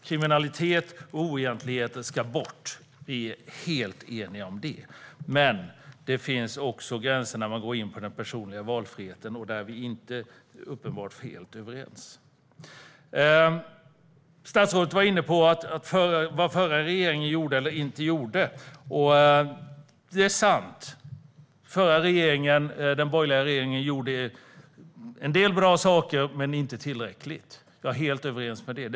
Kriminalitet och oegentligheter ska bort. Vi är helt eniga om det. Men det finns också gränser när man går in på den personliga valfriheten, och där är vi uppenbarligen inte helt överens. Statsrådet var inne på vad den förra regeringen gjorde eller inte gjorde. Det är sant att den förra regeringen, den borgerliga regeringen, gjorde en del bra saker men inte tillräckligt. Jag håller helt med om det.